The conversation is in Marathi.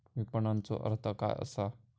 विपणनचो अर्थ काय असा?